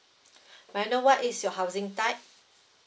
may I know what is your housing type